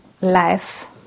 Life